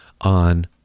on